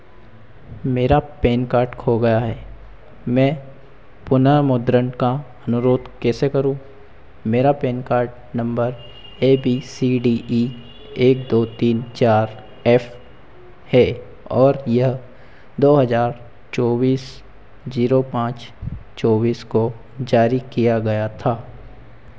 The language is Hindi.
मेरा पैन कार्ड खो गया है मैं पुनर्मुद्रण का अनुरोध कैसे करूँ मेरा PAN card number A B C D E एक दो तीन चार एफ़ है और यह दो हज़ार चौबीस जीरो पाँच चौबीस को जारी किया गया था